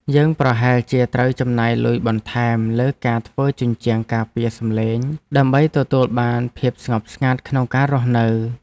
យើងប្រហែលជាត្រូវចំណាយលុយបន្ថែមលើការធ្វើជញ្ជាំងការពារសំឡេង ដើម្បីទទួលបានភាពស្ងប់ស្ងាត់ក្នុងការរស់នៅ។